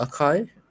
Okay